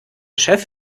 chef